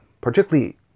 particularly